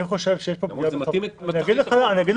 אני חושב שיש פה פגיעה, אני אגיד לך למה.